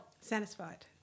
Satisfied